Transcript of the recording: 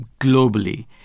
globally